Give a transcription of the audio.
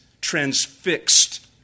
transfixed